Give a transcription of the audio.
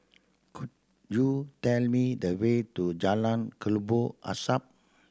could you tell me the way to Jalan Kelabu Asap